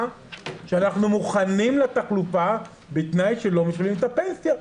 שאנחנו מוכנים לתחלופה בתנאי שלא משלמים את הפנסיה.